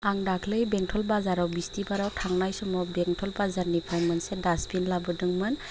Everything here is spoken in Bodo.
आं दाख्लि बेंटल बाजाराव बिस्तिबाराव थांनाय समाव बेंटल बाजारनिफ्राय मोनसे डास्टबिन बोदोंमोन